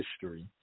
history